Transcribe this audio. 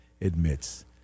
admits